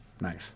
Nice